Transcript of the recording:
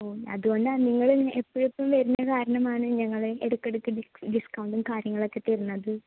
ഓ അതുകൊണ്ടാണ് നിങ്ങൾ ഇങ്ങനെ എപ്പോഴും എപ്പോഴും വരുന്ന കാരണമാണ് ഞങ്ങൾ ഇടക്കിടയ്ക്ക് ഡിസ്കൗണ്ടും കാര്യങ്ങളൊക്കെ തരുന്നത്